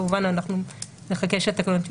כמובן אנחנו נחכה שהתקנות יאושרו.